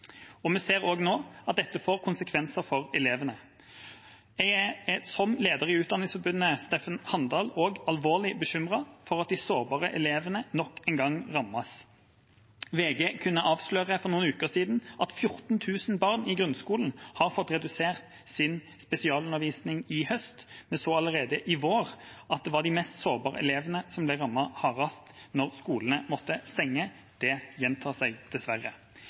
Vi ser nå at dette får konsekvenser for elevene. Jeg er, som lederen i Utdanningsforbundet, Steffen Handal, alvorlig bekymret for at de sårbare elevene nok en gang rammes. VG kunne avsløre for noen uker siden at 14 000 barn i grunnskolen har fått redusert sin spesialundervisning i høst. Vi så allerede i vår at det var de mest sårbare elevene som ble rammet hardest da skolene måtte stenge. Det gjentar seg dessverre.